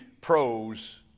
pros